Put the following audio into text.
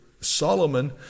Solomon